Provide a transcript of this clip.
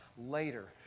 later